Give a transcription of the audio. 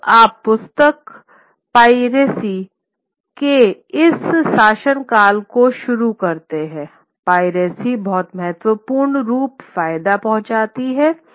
और आप पुस्तक पाइरेसी के इस शासनकाल को शुरू करते हैं पाइरेसी बहुत महत्वपूर्ण रूप फायदा पहुँचती हैं